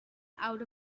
out